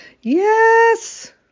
Yes